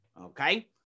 Okay